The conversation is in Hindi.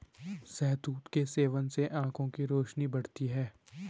शहतूत के सेवन से आंखों की रोशनी बढ़ती है